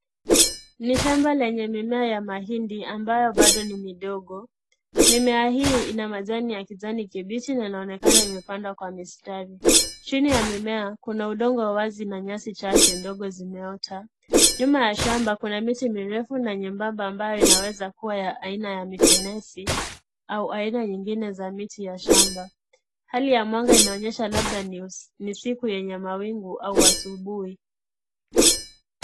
Ni shamba lenye mimea ya mahindi, ambayo bado ni midogo. Mimea hii ina majani ya kijani kibichi na inaonekana imepandwa kwa mistari. Chini ya mimea kuna udongo wa wazi na nyasi chache ndogo zimeota. Nyuma ya shamba kuna miti mirefu na nyembamba ambayo inaweza kuwa ya aina ya mitenesi au aina nyingine za miti ya shamba. Hali ya mwanga inaonyesha labda ni siku yenye mawingu au asubuhi.